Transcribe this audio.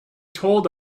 told